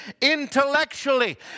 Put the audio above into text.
intellectually